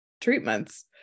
treatments